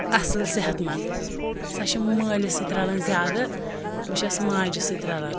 اَصٕل صحت مند سۄ چھِ مٲلِس سٟتۍ رلان زیادٕ بہٕ چھَس ماجہِ سٟتۍ رلان